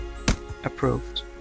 Approved